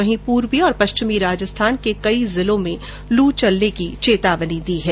वहीं पूर्वी पश्चिमी राजस्थान के कई जिलों में लू चलने की चेतावनी दी है